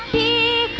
ie